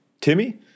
Timmy